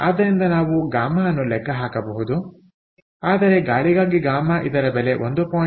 ಆದ್ದರಿಂದ ನಾವು γ ಅನ್ನು ಸಹ ಲೆಕ್ಕ ಹಾಕಬಹುದು ಆದರೆ ಗಾಳಿಗಾಗಿ γ ಇದರ ಬೆಲೆ 1